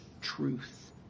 truth